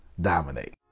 dominate